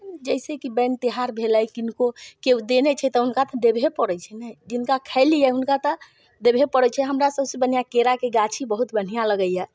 जैसेकि बेन तिहार भेलै किनको केओ देने छै हुनका तऽ देबहे पड़ैत छै ने जिनका खेलियै हुनका तऽ देबहे पड़ैत छै हमरा सभसँ बढ़िआँ केराके गाछी बहुत बढ़िआँ लगैए